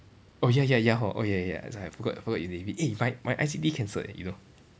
oh ya ya ya hor oh ya ya I also have forgot forgot you navy eh my my I_C_T cancelled eh you know